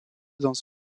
dans